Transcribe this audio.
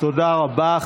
תודה רבה.